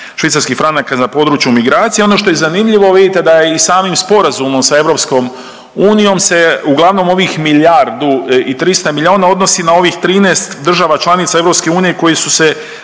švicarskih franaka za područje migracije. Ono što je zanimljivo vidite da je i samim sporazumom sa EU se uglavnom ovih milijardu i 300 milijuna odnosi na ovih 13 država članica EU koji su se